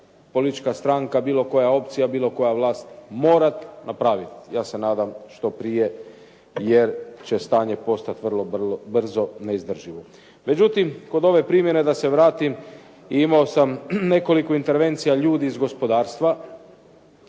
politička stranka, bilo koja opcija, bilo koja vlast morat napravit. Ja se nadam što prije jer će stanje postat vrlo brzo neizdrživo. Međutim, kod ove primjene da se vratim, imao sam nekoliko intervencija ljudi iz gospodarstva,